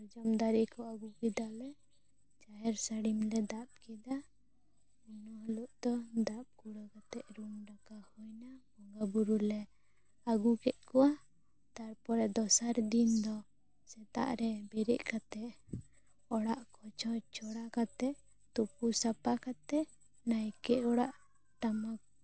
ᱥᱟᱨᱡᱚᱢ ᱫᱟᱨᱮ ᱠᱚ ᱟ ᱜᱩ ᱠᱮᱫᱟᱞᱮ ᱡᱟᱦᱮᱨ ᱥᱟᱲᱤᱢ ᱞᱮ ᱫᱟᱞ ᱠᱮᱫᱟ ᱚᱱᱟ ᱦᱤᱞᱚᱜ ᱫᱟᱜ ᱠᱩᱲᱟ ᱣ ᱠᱟᱛᱮ ᱨᱩᱢ ᱰᱟᱠᱟᱣ ᱦᱩᱭᱮᱱᱟ ᱵᱚᱸᱜᱟ ᱵᱳᱨᱳ ᱞᱮ ᱟ ᱜᱩ ᱠᱮᱫ ᱠᱚᱣᱟ ᱛᱟᱨ ᱯᱚᱨᱮ ᱫᱚᱥᱟᱨ ᱫᱤᱱ ᱫᱚ ᱥᱮᱛᱟᱜ ᱨᱮ ᱵᱮᱨᱮᱫ ᱠᱟᱛᱮ ᱚᱲᱟᱜ ᱠᱚ ᱪᱷᱚᱸᱪ ᱪᱷᱳᱲᱟ ᱠᱟᱛᱮ ᱛᱳᱯᱳ ᱥᱟᱯᱟ ᱠᱟᱛᱮ ᱱᱟᱭᱠᱮ ᱚᱲᱟᱜ ᱴᱟᱢᱟᱠ